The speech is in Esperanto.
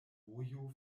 vojo